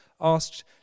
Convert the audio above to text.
asked